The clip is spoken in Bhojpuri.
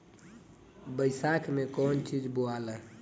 बैसाख मे कौन चीज बोवाला?